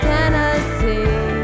Tennessee